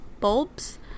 bulbs